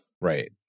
Right